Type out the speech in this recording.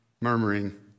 murmuring